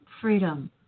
Freedom